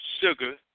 sugar